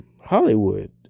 Hollywood